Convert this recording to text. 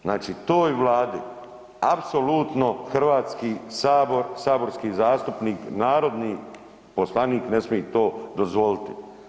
Znači toj Vladi apsolutno Hrvatski sabor, saborski zastupnik, narodni poslanik ne smije to dozvoliti.